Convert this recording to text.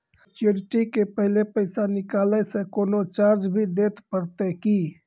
Maturity के पहले पैसा निकालै से कोनो चार्ज भी देत परतै की?